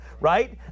Right